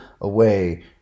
away